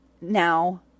now